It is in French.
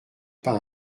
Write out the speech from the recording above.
pas